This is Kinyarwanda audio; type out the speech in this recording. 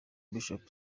bishop